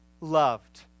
loved